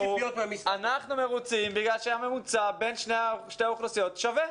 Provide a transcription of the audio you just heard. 'אנחנו מרוצים בגלל שהממוצע בין שתי האוכלוסיות שווה'.